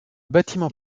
bâtiment